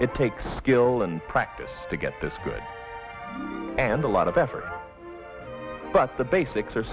it takes skill and practice to get this good and a lot of effort but the basics are